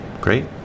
Great